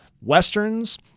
Westerns